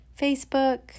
facebook